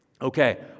Okay